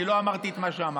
אני לא אמרתי את מה שאמרת.